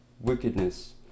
Wickedness